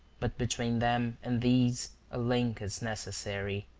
but between them and these a link is necessary,